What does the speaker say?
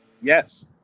Yes